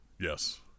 yes